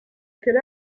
quelle